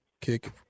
kick